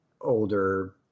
older